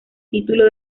título